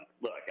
look